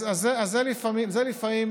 אז זה לפעמים,